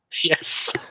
Yes